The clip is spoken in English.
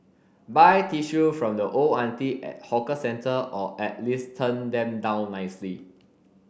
buy tissue from the old auntie at hawker centre or at least turn them down nicely